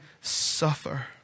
suffer